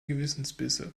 gewissensbisse